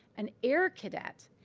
an air cadet,